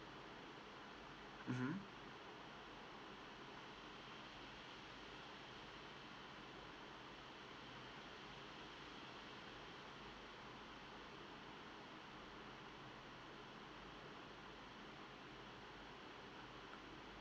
mmhmm